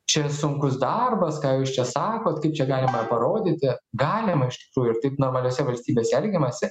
čia sunkus darbas ką jūs čia sakot kaip čia galima parodyti galima iš tikrųjų ir taip normaliose valstybėse elgiamasi